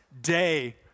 day